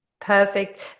perfect